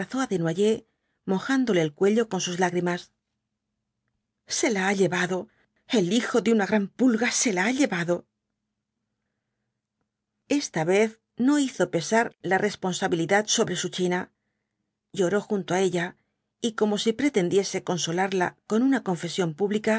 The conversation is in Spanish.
desnoyers mojándole el cuello con sus lágrimas se la ha llevado el hijo de una gran pulga se la ha llevado esta vez no hizo pesar la responsabilidad sobre su china lloró junto á ella y como si pretendiese consolarla con una confesión pública